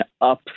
up